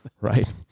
right